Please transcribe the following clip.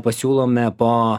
pasiūlome po